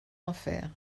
enfers